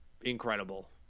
incredible